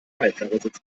beifahrersitz